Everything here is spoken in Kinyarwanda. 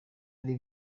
ari